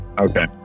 Okay